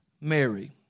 Mary